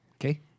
Okay